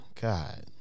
God